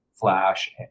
Flash